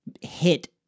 hit